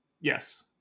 Yes